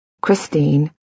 Christine